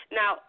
now